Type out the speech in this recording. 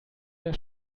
der